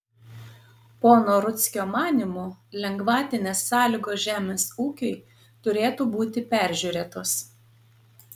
pono rudzkio manymu lengvatinės sąlygos žemės ūkiui turėtų būti peržiūrėtos